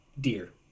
deer